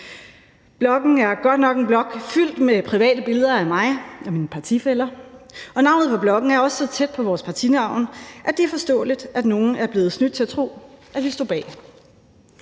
Bloggen er godt nok en blog fyldt med private billeder af mig og mine partifæller, og navnet på bloggen er også så tæt på vores partinavn, at det er forståeligt, at nogle er blevet snydt til at tro, at vi stod bag.